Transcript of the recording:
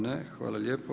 Ne, hvala lijepo.